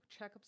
Checkups